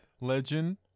Legend